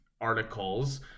articles